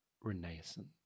Renaissance